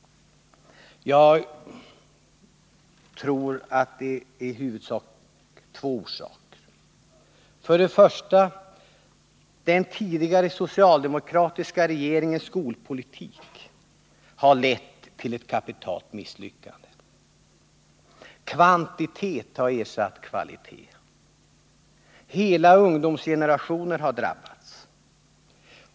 Jag tror att det är i huvudsak två orsaker. För det första: Den tidigare socialdemokratiska regeringens skolpolitik har lett till ett kapitalt misslyckande. Kvantitet har ersatt kvalitet. Hela ungdomsgenerationer har drabbats.